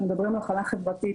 אנחנו מדברים על מחלה חברתית,